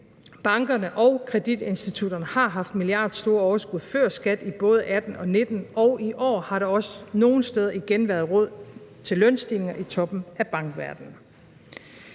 bankerne og kreditinstitutterne har haft milliardstore overskud før skat i både 2018 og 2019, og i år har der også nogle steder igen været råd til lønstigninger i toppen af bankverdenen.